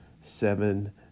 seven